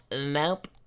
Nope